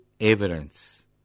evidence